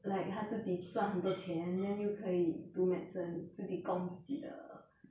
like 他自己赚很多钱 then 又可以读 medicine 自己供自己的